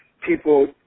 people